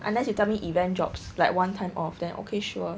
unless you tell me event jobs like one time of then okay sure